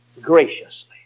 Graciously